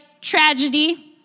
tragedy